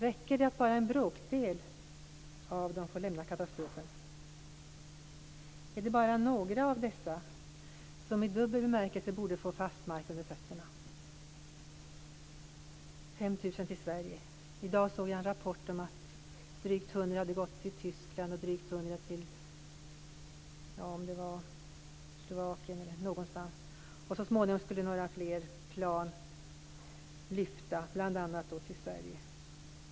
Räcker det att bara en bråkdel av dem får lämna katastrofen? Borde bara några av dessa i dubbel bemärkelse få fast mark under fötterna? Det skall komma 5 000 flyktingar till Sverige. I dag såg jag en rapport om att drygt 100 hade gått till Tyskland och drygt 100 till Slovakien eller någon annanstans. Så småningom skulle några fler plan lyfta, bl.a. mot Sverige.